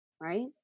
right